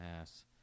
ass